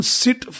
sit